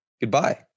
goodbye